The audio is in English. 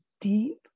deep